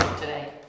Today